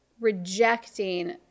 rejecting